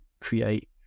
create